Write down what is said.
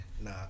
Nah